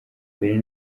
mbere